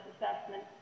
assessment